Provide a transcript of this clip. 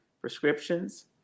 prescriptions